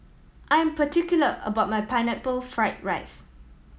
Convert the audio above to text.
I am particular about my Pineapple Fried rice